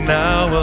now